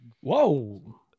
Whoa